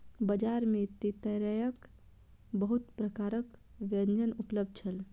बजार में तेतैरक बहुत प्रकारक व्यंजन उपलब्ध छल